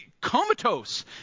comatose